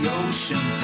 ocean